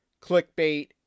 clickbait